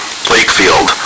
Lakefield